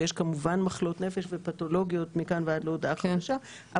ויש כמובן מחלות נפש ופתולוגיות מכאן ועד להודעה חדשה,